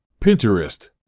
Pinterest